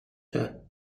her